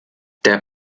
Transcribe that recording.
der